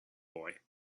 boy